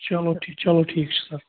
چلو ٹھیٖک چلو ٹھیٖک چھُ سَر